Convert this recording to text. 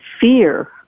fear